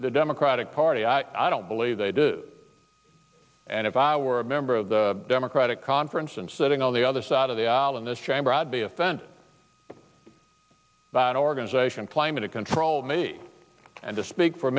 the democratic party i don't believe they do and if i were a member of the democratic conference and sitting on the other side of the aisle in this chamber i'd be offended that organization climate controlled me and to speak for